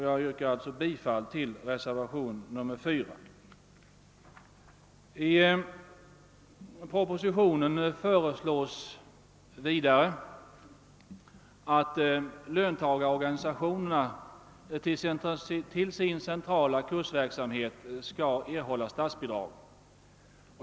Jag yrkar alltså bifall till reservationen 4. I propositionen föreslås vidare att löntagarorganisationerna till sin centrala kursverksamhet skall erhålla statsbidrag.